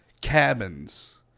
Cabins